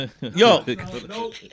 Yo